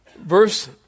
Verse